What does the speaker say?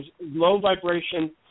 low-vibration